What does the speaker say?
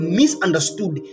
misunderstood